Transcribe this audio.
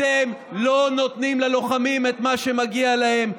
--- אתם לא נותנים ללוחמים את מה שמגיע להם,